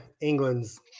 England's